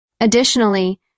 additionally